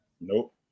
Nope